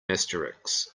asterisk